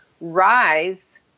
rise